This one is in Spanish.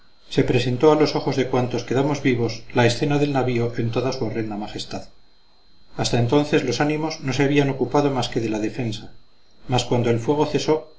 se presentó a los ojos de cuantos quedamos vivos la escena del navío en toda su horrenda majestad hasta entonces los ánimos no se habían ocupado más que de la defensa mas cuando el fuego cesó se